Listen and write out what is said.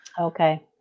okay